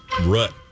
rut